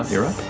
yeah,